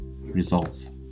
results